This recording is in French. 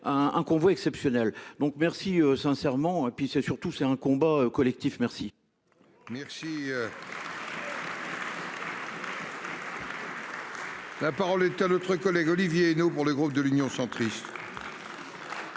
un convoi exceptionnel donc merci sincèrement et puis c'est surtout c'est un combat collectif, merci. Merci. La parole est à l'autre collègue Olivier nous pour les groupes de l'Union centriste.